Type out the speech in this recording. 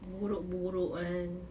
buruk-buruk [one]